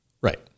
right